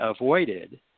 avoided